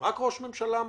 רק ראש ממשלה מכתיב,